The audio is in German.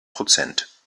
prozent